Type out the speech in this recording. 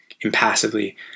impassively